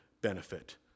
benefit